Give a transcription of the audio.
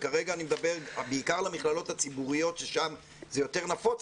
וכרגע אני מדבר בעיקר על המכללות הציבוריות ששם זה יותר נפוץ,